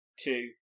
two